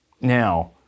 now